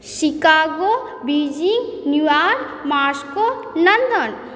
Chicago Beijing New York Moscow London